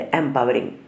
empowering